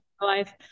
life